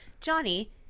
johnny